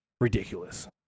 ridiculous